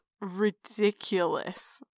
ridiculous